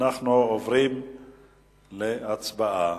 עוברים להצבעה.